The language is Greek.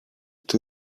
του